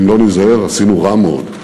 ואם לא ניזהר, עשינו רע מאוד.